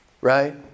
Right